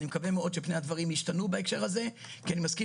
אני מקווה שמאוד שבפני הדברים ישתנו בהקשר הזה כי אני מסכים